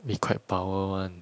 we quite power one